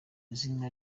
izina